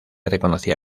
reconocía